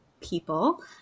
people